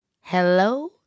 Hello